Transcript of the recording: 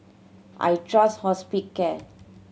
I trust Hospicare